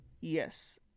Yes